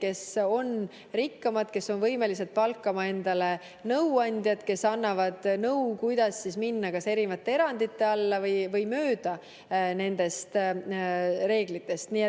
kes on rikkamad ja kes on võimelised palkama endale nõuandjad, kes annavad nõu, kuidas minna kas erinevate erandite alla või minna nendest reeglitest mööda.